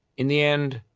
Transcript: in the end,